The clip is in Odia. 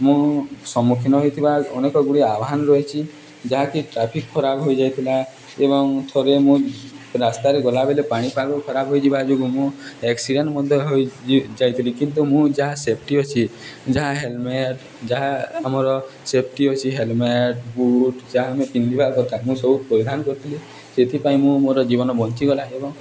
ମୁଁ ସମ୍ମୁଖୀନ ହୋଇଥିବା ଅନେକଗୁଡ଼ିଏ ଆହ୍ୱାନ ରହିଛିି ଯାହାକି ଟ୍ରାଫିକ୍ ଖରାପ ହୋଇଯାଇଥିଲା ଏବଂ ଥରେ ମୁଁ ରାସ୍ତାରେ ଗଲାବେଲେ ପାଣିପାଗ ଖରାପ ହୋଇଇଯିବା ଯୋଗୁଁ ମୁଁ ଆକ୍ସିଡ଼େଣ୍ଟ ମଧ୍ୟ ହୋଇଯାଇଥିଲି କିନ୍ତୁ ମୁଁ ଯାହା ସେଫ୍ଟି ଅଛି ଯାହା ହେଲମେଟ୍ ଯାହା ଆମର ସେଫ୍ଟି ଅଛି ହେଲମେଟ୍ ବୁଟ୍ ଯାହା ଆମେ ପିନ୍ଧିବା କଥା ମୁଁ ସବୁ ପରିଧାନ କରିଥିଲି ସେଥିପାଇଁ ମୁଁ ମୋର ଜୀବନ ବଞ୍ଚିଗଲା ଏବଂ